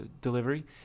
delivery